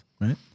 Right